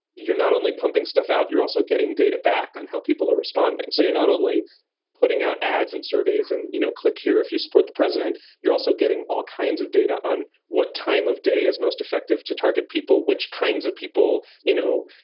you're not only pumping stuff out, you're also getting data back on how people are responding. so you're not only putting out ads and surveys and, you know, click here if you support the president, you're also getting all kinds of data on what time of day is most effective to target people. which kinds of people? you know,